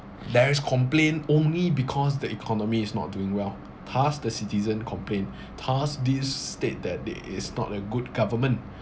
there is complaint only because the economy is not doing well thus the citizen complain thus these state that that is not a good government